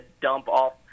dump-off